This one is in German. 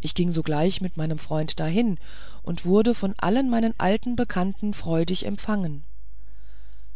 ich ging sogleich mit meinem freunde dahin und wurde von allen meinen alten bekannten freudig empfangen